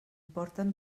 porten